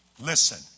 Listen